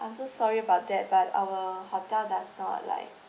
I'm so sorry about that but our hotel does not like